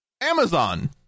Amazon